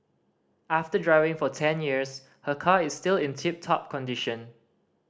after driving for ten years her car is still in tip top condition